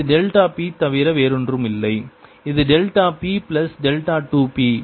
இது delta p தவிர வேறில்லை இது delta p plus delta 2 p